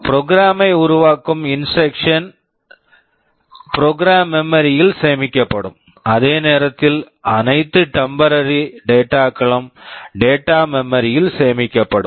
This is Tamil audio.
ப்ரொக்ராம் program ஐ உருவாக்கும் இன்ஸ்ட்ரக்க்ஷன்ஸ் Instructions கள் ப்ரொக்ராம் மெமரி program memory ல் சேமிக்கப்படும் அதே நேரத்தில் அனைத்து டெம்பரரி டேட்டா temporary data களும் டேட்டா மெமரி data memory ல் சேமிக்கப்படும்